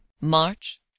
March